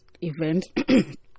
event